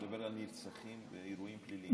אתה מדבר על נרצחים באירועים פליליים.